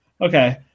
Okay